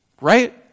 Right